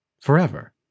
forever